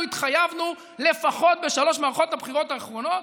התחייבנו לפחות בשלוש מערכות הבחירות האחרונות?